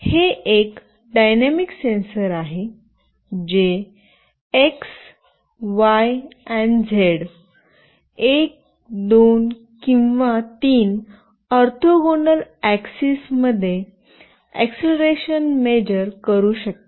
हे एक dynamic sensor आहे जे एक्स वाई आणि झेड एक दोन किंवा तीन ऑर्थोगोनल आक्सिस मध्ये अक्ससेलरेशन मेजर करू शकते